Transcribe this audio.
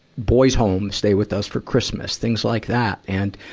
boys' home stay with us for christmas, things like that. and,